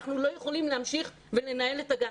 אנחנו לא יכולים להמשיך ולנהל את הגן,